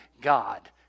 God